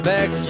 Back